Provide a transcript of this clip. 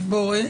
מכובדיי,